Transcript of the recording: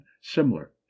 similar